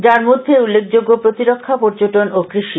যার মধ্যে উল্লেখযোগ্য প্রতিরক্ষা পর্যটন ও কৃষি